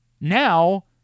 Now